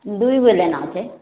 दुइ गो लेना छै